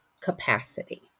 capacity